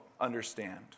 understand